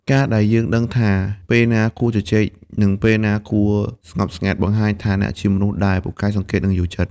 ការដែលយើងដឹងថាពេលណាគួរជជែក និងពេលណាគួរស្ងប់ស្ងាត់ បង្ហាញថាអ្នកជាមនុស្សដែលពូកែសង្កេត និងយល់ចិត្ត។